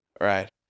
Right